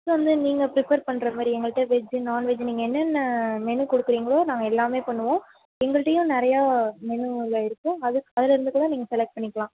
குக்கு வந்து நீங்கள் ப்ரிப்பெர் பண்ணுறமாரி எங்கள்கிட்ட வெஜ்ஜி நான்வெஜ்ஜி நீங்கள் என்னென்ன மெனு கொடுக்குறீங்களோ நாங்கள் எல்லாமே பண்ணுவோம் எங்கள்கிட்டயும் நிறையா மெனு எல்லா இருக்கு அது அதுலருந்து கூட நீங்கள் செலக்ட் பண்ணிக்கலாம்